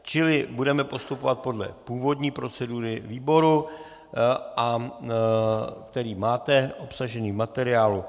Čili budeme postupovat podle původní procedury výboru, který máte obsažený v materiálu.